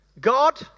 God